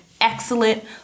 excellent